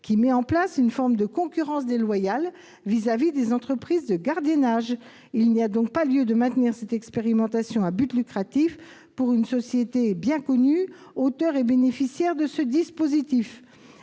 mise en place une forme de concurrence déloyale vis-à-vis des entreprises de gardiennage. Il n'y a donc pas lieu de maintenir cette expérimentation à but lucratif, au bénéfice d'une société bien connue qui est aussi auteur de ce dispositif.